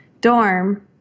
dorm